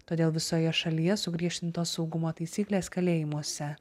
todėl visoje šalyje sugriežtinto saugumo taisyklės kalėjimuose